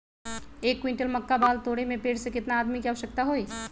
एक क्विंटल मक्का बाल तोरे में पेड़ से केतना आदमी के आवश्कता होई?